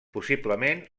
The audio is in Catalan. possiblement